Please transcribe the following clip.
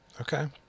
Okay